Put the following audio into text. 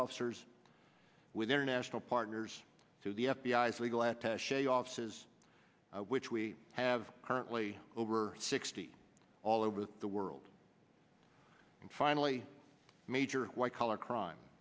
officers with international partners to the f b i s legal attache offices which we have currently over sixty all over the world and finally major white collar crime